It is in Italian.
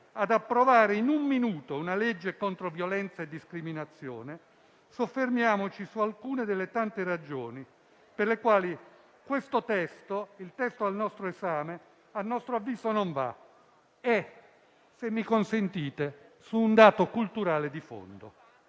ad approvare in un minuto una legge contro violenza e discriminazione, soffermiamoci su alcune delle tante ragioni per le quali il testo al nostro esame a nostro avviso non va e, se mi consentite, su un dato culturale di fondo.